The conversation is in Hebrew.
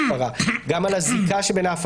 מצד אחד וכל השיקולים האחרים מצד שני.